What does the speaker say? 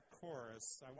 chorus